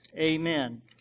amen